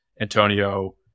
Antonio